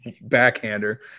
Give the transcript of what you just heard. backhander